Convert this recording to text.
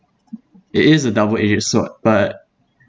it is a double-edged sword but